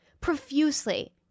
profusely